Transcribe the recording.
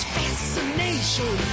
fascination